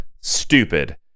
stupid